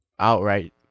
outright